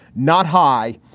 not high,